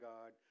God